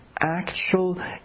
actual